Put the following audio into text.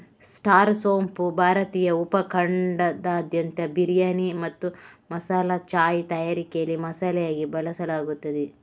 star ಸೋಂಪು ಭಾರತೀಯ ಉಪ ಖಂಡದಾದ್ಯಂತ ಬಿರಿಯಾನಿ ಮತ್ತು ಮಸಾಲಾ ಚಾಯ್ ತಯಾರಿಕೆಯಲ್ಲಿ ಮಸಾಲೆಯಾಗಿ ಬಳಸಲಾಗುತ್ತದೆ